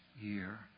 year